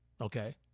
Okay